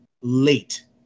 late